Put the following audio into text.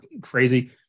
crazy